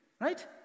right